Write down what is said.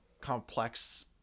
complex